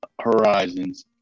Horizons